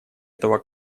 этого